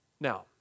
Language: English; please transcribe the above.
Now